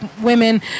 women